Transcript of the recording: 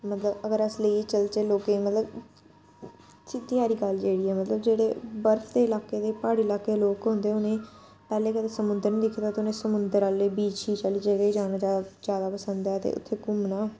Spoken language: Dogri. मतलब अगर अस लेइयै चलचै लोकें ई मतलब सिद्धी हारी गल्ल जेह्ड़ी ऐ मतलब जेह्ड़े बर्फ दे लाके दे प्हाड़ी लाके दे लोक होंदे उ'नेंई पैह्लें ते समुंदर नी दिक्खे दा ते उ'नें समुंदर आह्ले बीच शीच आह्ले जगह गी जाना ज्यादा पसंद ऐ ते उत्थे घूमना